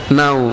now